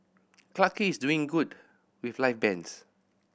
Clarke Quay is doing good with live bands